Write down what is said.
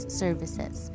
services